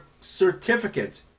certificate